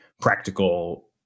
practical